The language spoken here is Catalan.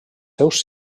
seus